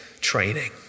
training